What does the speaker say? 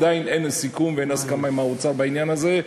עדיין אין סיכום ואין הסכמה עם האוצר בעניין הזה.